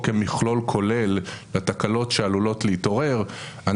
כמכלול כולל לתקלות שעלולות להתעורר.